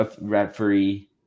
referee